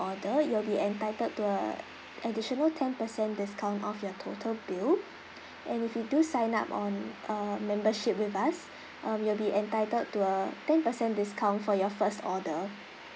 order you will be entitled to a additional ten percent discount off your total bill and if you do sign up on uh membership with us um you'll be entitled to a ten percent discount for your first order